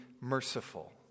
merciful